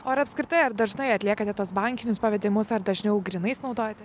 iš karto ar apskritai ar dažnai atlieka net tuos bankinius pavedimus ar dažniau grynais naudojate ne